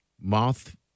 Moth